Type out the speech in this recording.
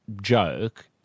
joke